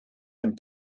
and